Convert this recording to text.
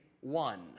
One